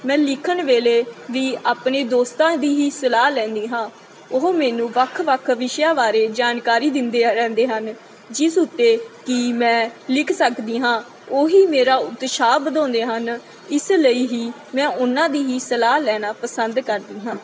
ਮੈਂ ਲਿਖਣ ਵੇਲੇ ਵੀ ਆਪਣੇ ਦੋਸਤਾਂ ਦੀ ਹੀ ਸਲਾਹ ਲੈਂਦੀ ਹਾਂ ਉਹ ਮੈਨੂੰ ਵੱਖ ਵੱਖ ਵਿਸ਼ਿਆਂ ਬਾਰੇ ਜਾਣਕਾਰੀ ਦਿੰਦੇ ਰਹਿੰਦੇ ਹਨ ਜਿਸ ਉੱਤੇ ਕਿ ਮੈਂ ਲਿਖ ਸਕਦੀ ਹਾਂ ਉਹੀ ਮੇਰਾ ਉਤਸ਼ਾਹ ਵਧਾਉਂਦੇ ਹਨ ਇਸ ਲਈ ਹੀ ਮੈਂ ਉਹਨਾਂ ਦੀ ਹੀ ਸਲਾਹ ਲੈਣਾ ਪਸੰਦ ਕਰਦੀ ਹਾਂ